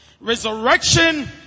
Resurrection